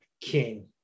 king